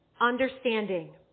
understanding